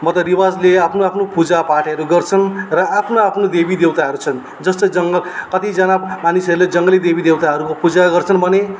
रिवाजले आफ्नो आफ्नो पूजा पाठहरू गर्छन् र आफ्नो आफ्नो देवी देवताहरू छन् जस्तै जङ्गल कतिजना मानिसहरूले जङ्गली देवी देवताहरूको पूजा गर्छन् भने